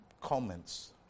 comments